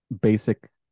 basic